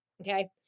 okay